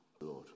Lord